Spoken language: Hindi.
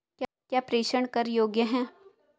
क्या प्रेषण कर योग्य हैं?